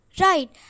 Right